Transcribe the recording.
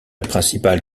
principale